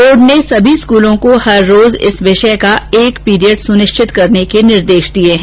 board ने सभी स्कूलों को हर रोज इस विषय का एक पीरियड सुनिश्चित करने के निर्देश दिए हैं